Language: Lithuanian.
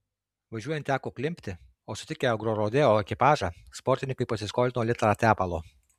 važiuojant teko klimpti o sutikę agrorodeo ekipažą sportininkai pasiskolino litrą tepalo